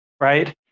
right